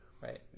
Right